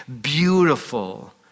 beautiful